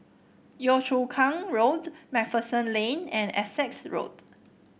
Yio Chu Kang Road MacPherson Lane and Essex Road